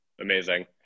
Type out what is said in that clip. Amazing